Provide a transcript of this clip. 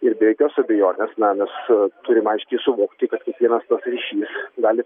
ir be jokios abejonės na mes turim aiškiai suvokti kad kiekvienas toks ryšys gali